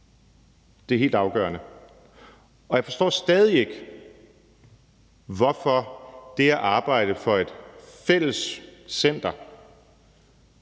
Det er helt afgørende. Jeg forstår stadig ikke, hvorfor det at arbejde for et fælles center